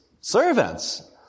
servants